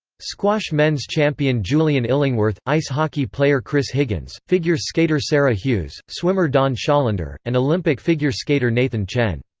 squash men's champion julian illingworth ice hockey player chris higgins figure skater sarah hughes swimmer don schollander and olympic figure skater nathan chen.